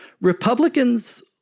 Republicans